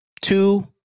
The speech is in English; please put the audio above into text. two